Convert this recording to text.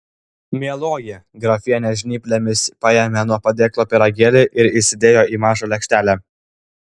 mieloji grafienė žnyplėmis paėmė nuo padėklo pyragėlį ir įsidėjo į mažą lėkštelę